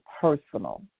personal